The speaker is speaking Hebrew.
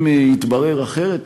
אם יתברר אחרת,